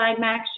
Max